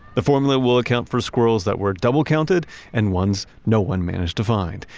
the formula will account for squirrels that were double-counted and ones no one managed to find,